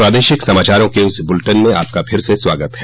प्रादेशिक समाचारों के इस बुलेटिन में आपका फिर से स्वागत है